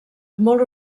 molt